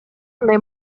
кандай